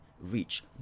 reach